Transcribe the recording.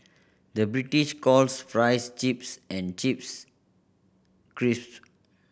the British calls fries chips and chips